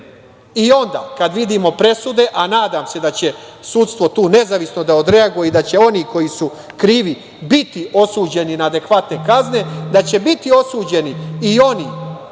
i onda kada vidim presude, a nadam se da će sudstvo tu nezavisno da odreaguje i da će oni koji su krivi biti osuđeni na adekvatne kazne, da će biti osuđeni i oni